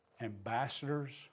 Ambassadors